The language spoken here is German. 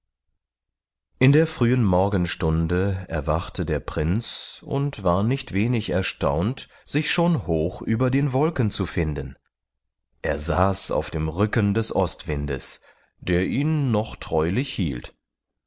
in der frühen morgenstunde erwachte der prinz und war nicht wenig erstaunt sich schon hoch über den wolken zu finden er saß auf dem rücken des ostwindes der ihn noch treulich hielt